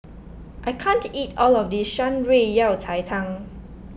I can't eat all of this Shan Rui Yao Cai Tang